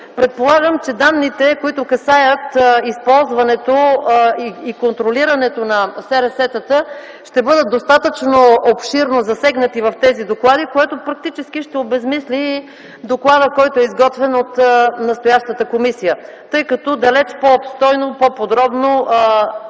Предполагам, че данните, които касаят използването и контролирането на СРС-та, ще бъдат достатъчно обширно засегнати в тези доклади, което практически ще обезсмисли доклада, който е изготвен от настоящата комисия, тъй като далеч по-обстойно, по-подробно